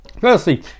Firstly